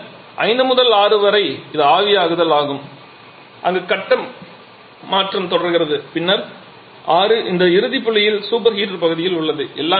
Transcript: பின்னர் 5 முதல் 6 வரை இது ஆவியாதல் ஆகும் அங்கு கட்ட மாற்றம் தொடர்கிறது பின்னர் 6 இந்த இறுதி புள்ளியில் சூப்பர் ஹீட்டர் பகுதி உள்ளது